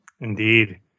Indeed